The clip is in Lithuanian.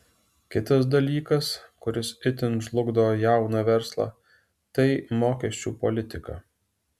kitas dalykas kuris itin žlugdo jauną verslą tai mokesčių politika